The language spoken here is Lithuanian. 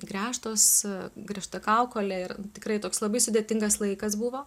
gręžtos gręžta kaukolė ir tikrai toks labai sudėtingas laikas buvo